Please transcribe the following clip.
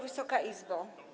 Wysoka Izbo!